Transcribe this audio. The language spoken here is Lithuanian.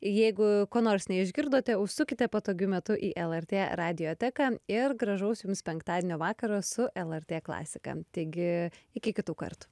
jeigu ko nors neišgirdote užsukite patogiu metu į lrt radioteką ir gražaus jums penktadienio vakaro su lrt klasika taigi iki kitų kartų